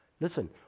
Listen